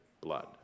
blood